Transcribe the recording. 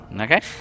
Okay